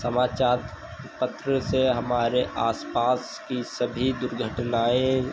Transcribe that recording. समाचार पत्र से हमारे आसपास की सभी दुर्घटनाएँ